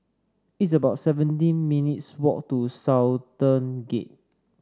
it's about seventeen minutes' walk to Sultan Gate